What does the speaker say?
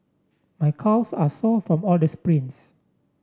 my calves are sore from all the sprints